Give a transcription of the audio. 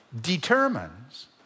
determines